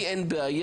אני חושב